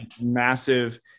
massive